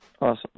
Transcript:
Awesome